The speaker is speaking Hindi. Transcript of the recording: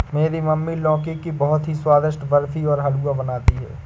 मेरी मम्मी लौकी की बहुत ही स्वादिष्ट बर्फी और हलवा बनाती है